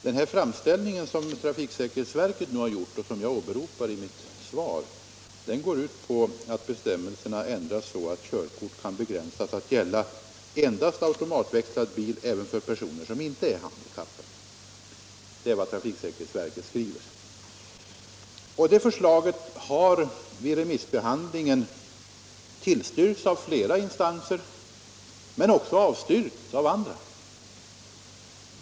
Den framställning som trafiksäkerhetsverket har gjort och som jag har hänvisat till i mitt svar går ut på att bestämmelserna ändras så att körkort kan begränsas att gälla endast automatväxlad bil även för personer som inte är handikappade. Det är vad trafiksäkerhetsverket skriver. Och det förslaget har vid remissbehandlingen tillstyrkts av flera instanser, men det har också avstyrkts av andra.